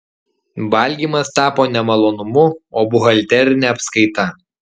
valgymas tapo ne malonumu o buhalterine apskaita